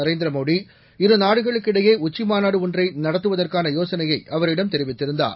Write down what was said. நரேந்திர மோடி இருநாடுகளுக்கு இடையே உச்சிமாநாடு ஒன்றை நடத்துதற்கான யோசனையை அவரிடம் தெரிவித்திருந்தார்